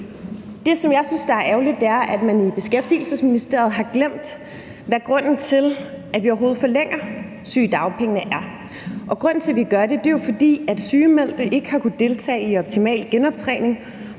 Det, som jeg synes er ærgerligt, er, at man i Beskæftigelsesministeriet har glemt, hvad grunden til, at vi overhovedet forlænger sygedagpengene, er. Grunden til, at vi gør det, er jo, at sygemeldte ikke har kunnet deltage i optimal genoptræning